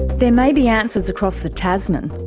there may be answers across the tasman.